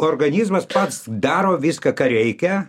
organizmas pats daro viską ką reikia